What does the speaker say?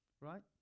right